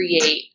create